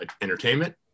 entertainment